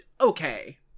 okay